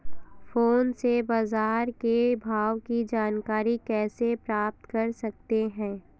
Phone से बाजार के भाव की जानकारी कैसे प्राप्त कर सकते हैं?